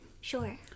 sure